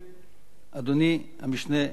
אדוני המשנה לראש הממשלה,